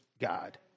God